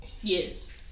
Yes